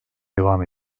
devam